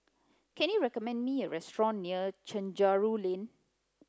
can you recommend me a restaurant near Chencharu Lane